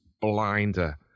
blinder